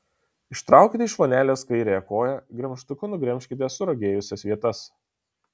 ištraukite iš vonelės kairiąją koją gremžtuku nugremžkite suragėjusias vietas